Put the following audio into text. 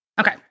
Okay